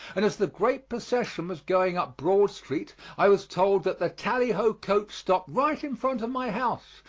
and as the great procession was going up broad street i was told that the tally-ho coach stopped right in front of my house,